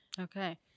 Okay